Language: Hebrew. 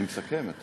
אני מסכם.